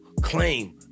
claim